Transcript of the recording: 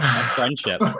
Friendship